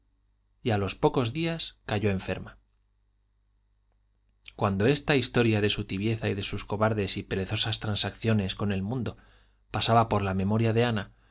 y a los pocos días cayó enferma cuando esta historia de su tibieza y de sus cobardes y perezosas transacciones con el mundo pasaba por la memoria de ana